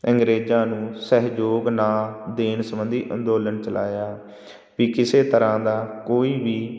ਅੰਗਰੇਜ਼ਾਂ ਨੂੰ ਸਹਿਯੋਗ ਨਾ ਦੇਣ ਸੰਬੰਧੀ ਅੰਦੋਲਨ ਚਲਾਇਆ ਵੀ ਕਿਸੇ ਤਰ੍ਹਾਂ ਦਾ ਕੋਈ ਵੀ